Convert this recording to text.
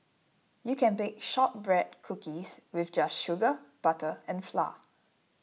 you can bake Shortbread Cookies with just sugar butter and flour